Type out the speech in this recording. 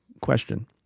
question